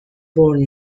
born